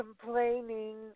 complaining